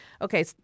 okay